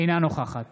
אינה נוכחת